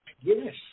Yes